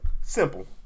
Simple